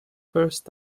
first